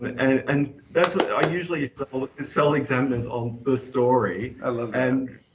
but and and that's why i usually sell examiners on the story. i love and